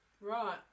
Right